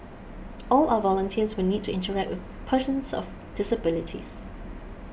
all our volunteers will need to interact with persons of disabilities